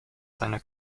seine